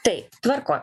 taip tvarkoj